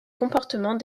comportement